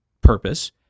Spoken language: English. purpose